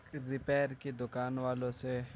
repair کی دکان والوں سے